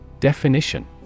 Definition